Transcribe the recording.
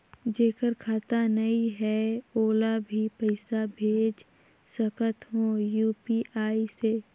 जेकर खाता नहीं है ओला भी पइसा भेज सकत हो यू.पी.आई से?